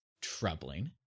troubling